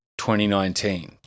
2019